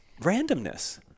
randomness